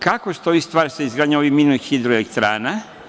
Kako stoji stvar sa izgradnjom ovih mini hidroelektrana?